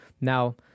Now